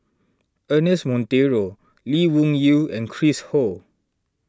Ernest Monteiro Lee Wung Yew and Chris Ho